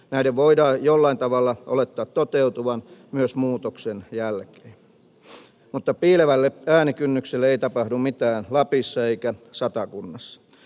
näiden voidaan jollain tavalla olettaa toteutuvan myös muutoksen jälkeen mutta piilevälle äänikynnykselle ei tapahdu mitään lapissa eikä satakunnassa